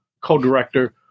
co-director